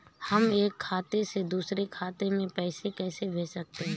हम एक खाते से दूसरे खाते में पैसे कैसे भेज सकते हैं?